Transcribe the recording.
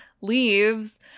leaves